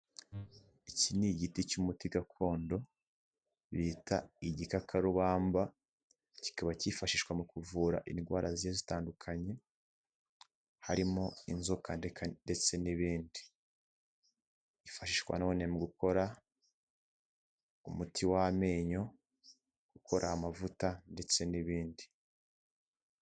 Iki ni igiti cy'umuti gakondo bita igikakarubamba, kikaba cyifashishwa mu kuvura indwara zigiye zitandukanye harimo inzoka ndetse n'ibindi. Kifashishwa none mu gukora umuti w'amenyo, gukora amavuta ndetse n'ibindi.